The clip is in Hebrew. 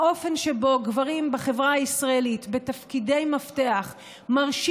האופן שבו גברים בחברה הישראלית בתפקידי מפתח מרשים